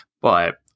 but-